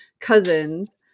cousins